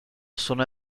sono